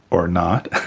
or not.